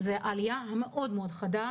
הוא העלייה החדה מאוד,